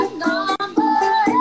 number